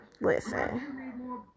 listen